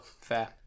fair